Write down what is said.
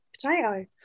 potato